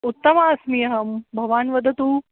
उत्तमा अस्मि अहं भवान् वदतु